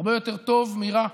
הרבה יותר טוב מרע.